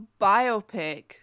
biopic